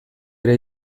ere